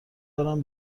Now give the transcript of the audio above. دارم